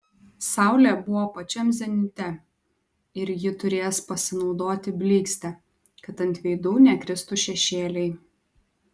saulė buvo pačiam zenite ir ji turės pasinaudoti blykste kad ant veidų nekristų šešėliai